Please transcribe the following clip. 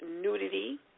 nudity